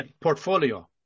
portfolio